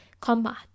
combat